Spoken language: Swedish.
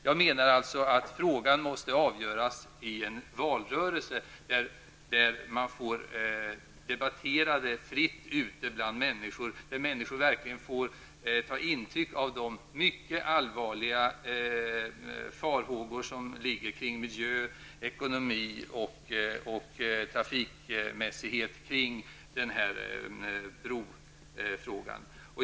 Jag menar alltså att frågan måste avgöras i en valrörelse, där man får debattera fritt ute bland människor, där människor verkligen får ta intryck av de mycket allvarliga farhågor som finns för miljö, ekonomi och trafikmässighet i samband med brofrågan.